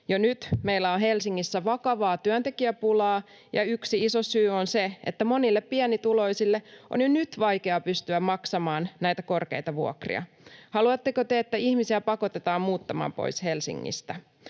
Jo nyt meillä on Helsingissä vakavaa työntekijäpulaa, ja yksi iso syy on se, että monille pienituloisille on jo nyt vaikeaa pystyä maksamaan näitä korkeita vuokria. Haluatteko te, että ihmisiä pakotetaan muuttamaan pois Helsingistä?